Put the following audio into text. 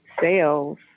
sales